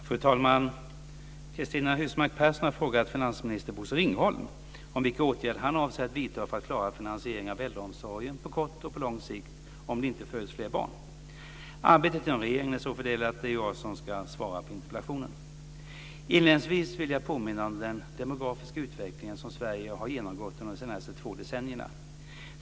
Fru talman! Cristina Husmark Pehrsson har frågat finansminister Bosse Ringholm om vilka åtgärder han avser att vidta för att klara finansieringen av äldreomsorgen på kort och på lång sikt om det inte föds fler barn. Arbetet inom regeringen är så fördelat att det är jag som ska svara på interpellationen. Inledningsvis vill jag påminna om den demografiska utveckling som Sverige har genomgått under de senaste två decennierna.